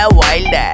wild